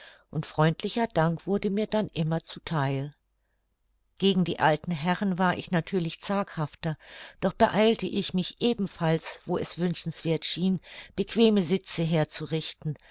und freundlicher dank wurde mir dann immer zu theil gegen die alten herren war ich natürlich zaghafter doch beeilte ich mich ebenfalls wo es wünschenswerth schien bequeme sitze herzurichten